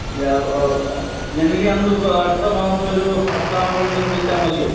അടുത്തമാസം ഒരൂ പത്താകുമ്പോഴ്ത്തേനും വിളിച്ചാൽ മതിയോ